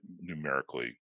numerically